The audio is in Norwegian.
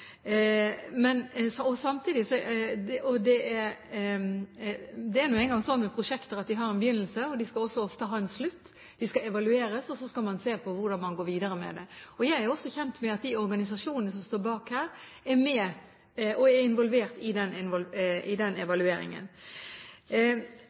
Men det er nå engang sånn med prosjekter at de har en begynnelse, og de skal også ofte ha en slutt. De skal evalueres, og så skal man se på hvordan man går videre med det. Jeg er også kjent med at de organisasjonene som står bak her, er involvert i den evalueringen. Så er det slik at dette ikke er det eneste prosjektet som dreier seg om psykologer i kommunene og også i